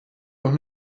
doch